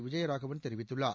விஜய ராகவன் தெரிவித்துள்ளார்